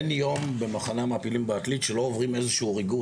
אין יום במחנה המעפילים בעתלית שלא עוברים איזשהו ריגוש,